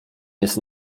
jest